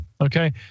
okay